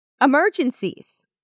emergencies